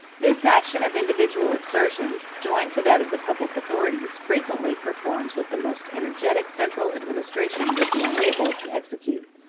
this action of individual exertions, joined to that of the public authorities, frequently performs what the most energetic central administration would be unable to execute.